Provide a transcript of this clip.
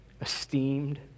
esteemed